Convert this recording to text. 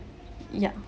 ya